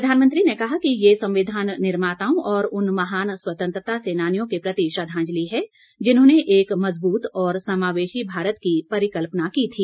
प्रधानमंत्री ने कहा कि यह संविधान निर्माताओं और उन महान स्वतंत्रता सेनानियों के प्रति श्रद्वांजलि है जिन्होंने एक मजबूत और समावेशी भारत की परिकल्पना की थी